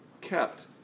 kept